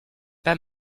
pas